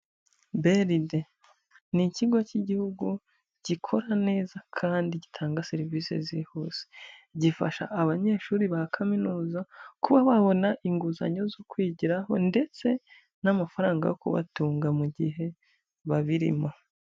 BRD ni ikigo cy'igihugu gikora neza kandi gitanga serivisi zihuse, gifasha abanyeshuri ba kaminuza kuba babona inguzanyo zo kwigiraho ndetse n'amafaranga yo kubatunga mu gihe babirimo.